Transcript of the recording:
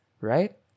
right